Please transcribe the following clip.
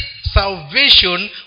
salvation